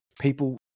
people